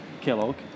Kellogg